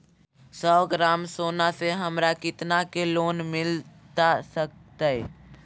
सौ ग्राम सोना से हमरा कितना के लोन मिलता सकतैय?